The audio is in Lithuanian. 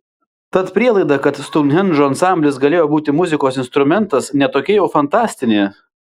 tad prielaida kad stounhendžo ansamblis galėjo būti muzikos instrumentas ne tokia jau fantastinė